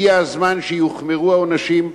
הגיע הזמן שיוחמרו העונשים,